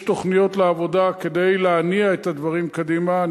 שיש תוכניות לעבודה כדי להניע את הדברים קדימה.